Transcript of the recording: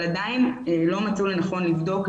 אבל עדיין לא מצאו לנכון לבדוק,